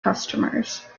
customers